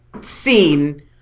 scene